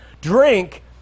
drink